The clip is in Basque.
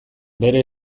bere